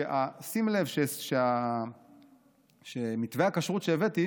שים לב שמתווה הכשרות שהבאתי